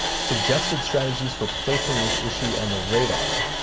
suggested strategies for placing this issue on the radar,